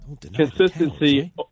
consistency